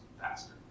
faster